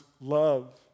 love